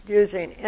using